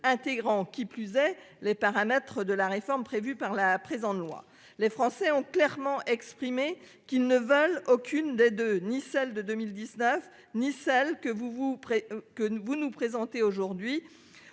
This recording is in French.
intégrant, qui plus est, les paramètres de la réforme prévue par le présent projet de loi. Les Français ont clairement exprimé qu'ils ne voulaient aucune des deux réformes : ni celle de 2019 ni celle que vous nous présentez aujourd'hui,